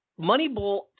Moneyball